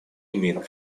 имеет